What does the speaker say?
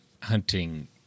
hunting